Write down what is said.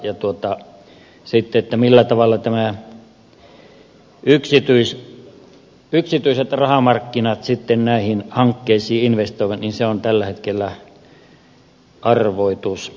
se millä tavalla sitten yksityiset rahamarkkinat näihin hankkeisiin investoivat on tällä hetkellä arvoitus